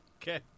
Okay